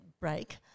break